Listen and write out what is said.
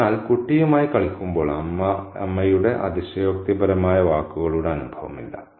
അതിനാൽ കുട്ടിയുമായി കളിക്കുമ്പോൾ അമ്മയുടെ അതിശയോക്തിപരമായ വാക്കുകളുടെ അനുഭവം ഇല്ല